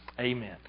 amen